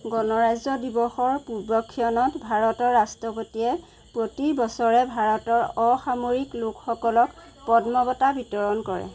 গণৰাজ্য দিৱসৰ পূৰ্বক্ষণত ভাৰতৰ ৰাষ্ট্ৰপতিয়ে প্ৰতি বছৰে ভাৰতৰ অসামৰিক লোকসকলক পদ্ম বঁটা বিতৰণ কৰে